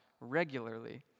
regularly